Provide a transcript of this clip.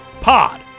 pod